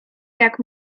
jak